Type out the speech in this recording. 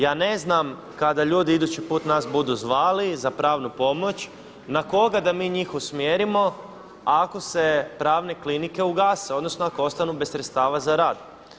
Ja ne znam kada ljudi idući put nas budu zvali za pravnu pomoć na koga da mi njih usmjerimo ako se pravne klinike ugase, odnosno ako ostanu bez sredstava za rad.